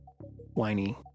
whiny